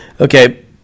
Okay